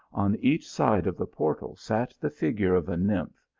on each side of the portal sat the figure of a nymph,